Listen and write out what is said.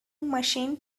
machine